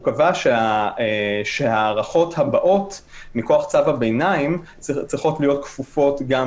הוא קבע שההארכות הבאות מכוח צו הביניים צריכות להיות כפופות גם